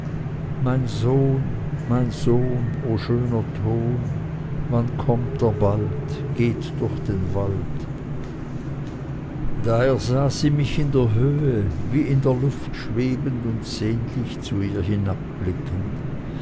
mein sohn mein sohn o schöner ton wann kommt er bald geht durch den wald da ersah sie mich in der höhe wie in der luft schwebend und sehnlich zu ihr